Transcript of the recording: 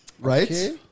right